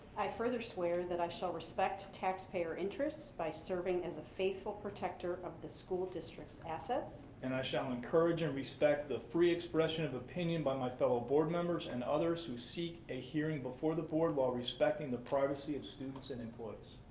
i further swear that i shall respect taxpayer interests by serving as a faithful protector of the school district's assets. and i shall encourage and respect the free expression of opinion by my fellow bard members and others who seek a hearing before the board while respecting the privacy of students and employees.